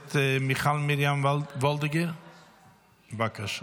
הכנסת מיכל מרים וולדיגר, בבקשה.